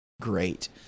great